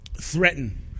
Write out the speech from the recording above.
threaten